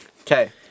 Okay